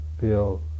feel